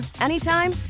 anytime